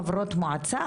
אם זה חברות מועצה,